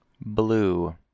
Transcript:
blue